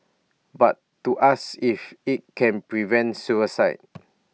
but to ask if IT can prevent suicide